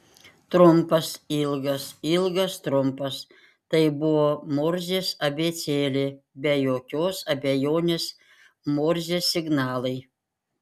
trumpas ilgas ilgas trumpas tai buvo morzės abėcėlė be jokios abejonės morzės signalai